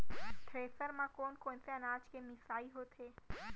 Thresher म कोन कोन से अनाज के मिसाई होथे?